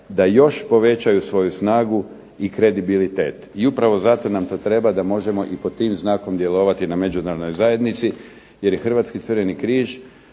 da još povećaju svoju snagu i kredibilitet i upravo zato nam to treba da možemo pod tim znakom djelovati na međunarodnoj zajednici jer Hrvatski crveni križ